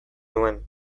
nuen